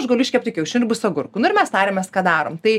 aš galiu iškepti kiaušinių bus agurkų nu ir mes tariamės ką darom tai